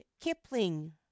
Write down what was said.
Kipling